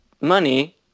money